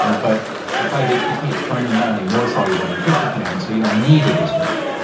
ah but the five htp is fundamentally more soluble than tryptophan so you don't need it as much.